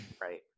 right